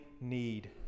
need